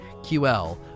ql